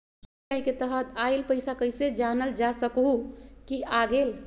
UPI के तहत आइल पैसा कईसे जानल जा सकहु की आ गेल?